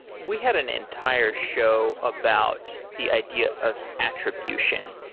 we had an entire show about the idea of attribution,